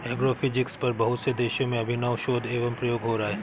agrophysics पर बहुत से देशों में अभिनव शोध एवं प्रयोग हो रहा है